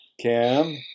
Cam